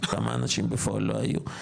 כמה אנשים בפועל לא היו.